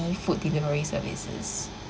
~y food delivery services